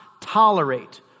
tolerate